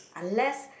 unless